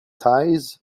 ties